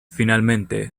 finalmente